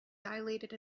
dilated